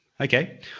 okay